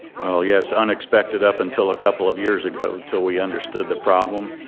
well yes, unexpected up until a couple of years ago, until we understood the problem.